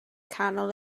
canol